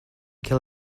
kill